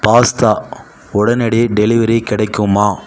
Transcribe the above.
pasta உடனடி delivery கிடைக்குமா